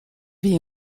wie